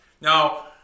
Now